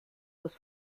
was